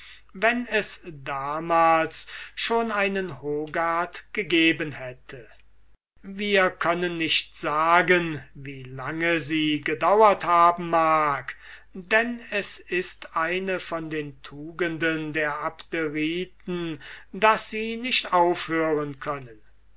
wenn es damals schon einen hogarth gegeben hätte wir können nicht sagen wie lange sie gedaurt haben mag denn es ist eine von den tugenden der abderiten daß sie nicht aufhören können